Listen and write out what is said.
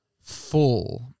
full